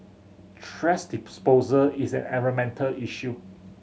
thrash disposal is an environmental issue